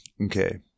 Okay